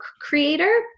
Creator